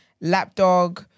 Lapdog